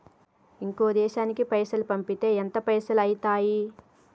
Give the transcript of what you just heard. ఇంకో దేశానికి పైసల్ పంపితే ఎంత పైసలు అయితయి?